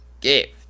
GIFT